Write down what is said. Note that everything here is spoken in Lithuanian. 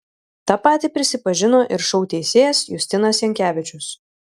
tą patį prisipažino ir šou teisėjas justinas jankevičius